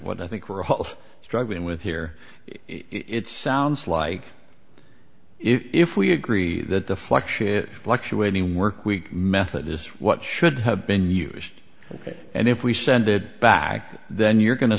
what i think we're all struggling with here it sounds like if we agree that the flexion fluctuating workweek method is what should have been used ok and if we send it back then you're going to